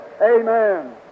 Amen